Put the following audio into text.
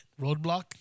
Roadblock